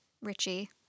Richie